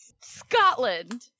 Scotland